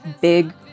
big